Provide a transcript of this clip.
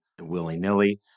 willy-nilly